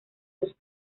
los